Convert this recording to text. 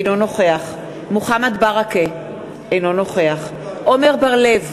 אינו נוכח מוחמד ברכה, אינו נוכח עמר בר-לב,